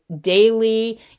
daily